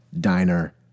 diner